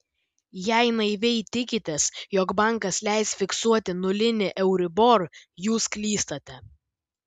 jei naiviai tikitės jog bankas leis fiksuoti nulinį euribor jūs klystate